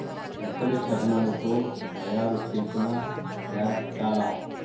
మొసలి శర్మముతో తాయారు చేసిన బ్యాగ్ చాల